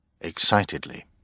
excitedly